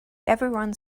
everyone